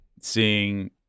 seeing